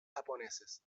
japoneses